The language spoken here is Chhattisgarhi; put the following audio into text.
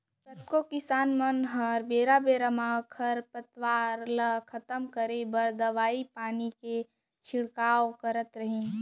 कतको किसान मन ह बेरा बेरा म खरपतवार ल खतम करे बर दवई पानी के छिड़काव करत रइथे